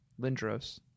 Lindros